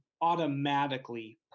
automatically